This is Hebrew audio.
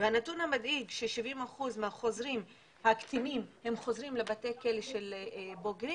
הנתון המדאיג ש-70 אחוזים מהקטינים הם חוזרים לבתי הכלא של בוגרים,